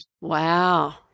Wow